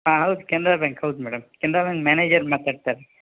ಹಾಂ ಹೌದು ಕೆನರಾ ಬ್ಯಾಂಕ್ ಹೌದು ಮೇಡಮ್ ಕೆನರಾ ಬ್ಯಾಂಕ್ ಮ್ಯಾನೇಜರ್ ಮಾತಾಡ್ತಾ ಇರೋದು